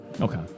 Okay